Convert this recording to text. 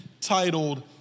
titled